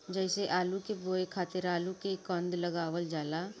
जइसे आलू के बोए खातिर आलू के कंद लगावल जाला